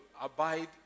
abide